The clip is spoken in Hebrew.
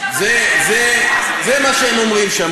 זה מה שהם אומרים שם.